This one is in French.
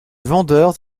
vendeurs